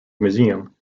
museum